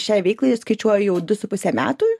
šiai veiklai skaičiuoju jau du su puse metų